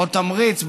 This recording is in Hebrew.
או תמריץ,